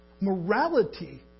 Morality